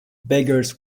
beggars